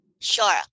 Sure